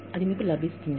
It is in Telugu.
అది మీకు లభిస్తుంది